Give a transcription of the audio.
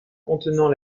contenant